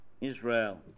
Israel